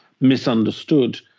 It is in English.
misunderstood